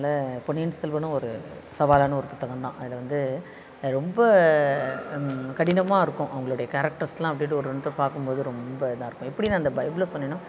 அதனால பொன்னியின் செல்வனும் ஒரு சவாலான ஒரு புத்தகம் தான் அதில் வந்து ரொம்ப கடினமாக இருக்கும் அவங்களுடைய கேரெக்டர்ஸ் எல்லாம் அப்ட் அப்படே ஒரு பார்க்கும் போது ரொம்ப இதாக இருக்கும் எப்படி நான் இந்த பைபிளை சொன்னன்னா